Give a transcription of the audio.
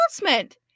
announcement